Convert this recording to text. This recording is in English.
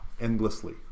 endlessly